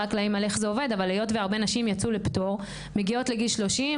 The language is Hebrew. היות והרבה נשים יצאו לפטור מגיעות לגיל 30,